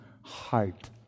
heart